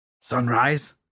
Sunrise